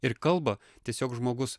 ir kalba tiesiog žmogus